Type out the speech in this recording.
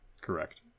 Correct